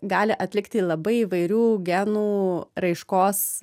gali atlikti labai įvairių genų raiškos